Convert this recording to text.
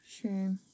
Sure